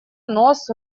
нос